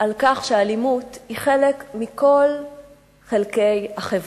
על כך שהאלימות היא חלק מכל חלקי החברה.